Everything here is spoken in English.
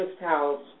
house